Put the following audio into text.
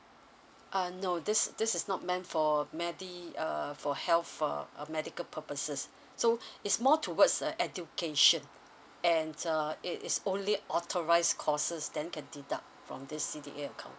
uh no this this is not meant for medi~ uh for health uh medical purposes so it's more towards uh education and uh it is only authorize courses then can deduct from this C_D_A account